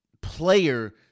player